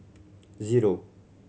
zero